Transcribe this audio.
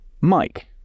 Mike